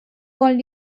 wollen